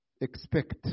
expect